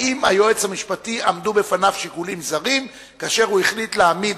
האם בפני היועץ המשפטי עמדו שיקולים זרים כאשר החליט להעמיד,